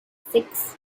six